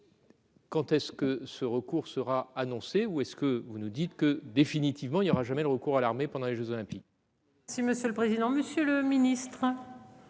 Quand est-ce que ce recours sera annoncée ou est-ce que vous nous dites que, définitivement, il n'y aura jamais le recours à l'armée pendant les Jeux olympiques. Si Monsieur le Président, Monsieur le Ministre.